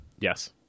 Yes